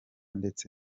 ndetse